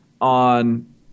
on